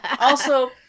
Also-